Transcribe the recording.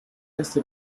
este